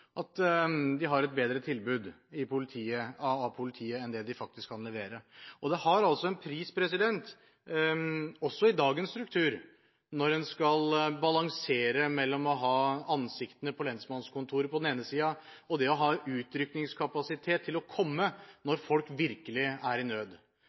at de har et bedre polititilbud enn det politiet faktisk kan levere. Og det har en pris også i dagens struktur når en skal balansere mellom det å ha ansikter på lensmannskontoret på den ene siden og det å ha utrykningskapasitet til å komme når folk virkelig er i nød.